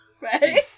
Right